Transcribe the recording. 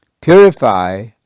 purify